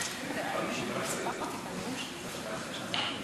הנושא לוועדת החוץ והביטחון נתקבלה.